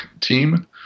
team